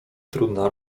trudna